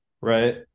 right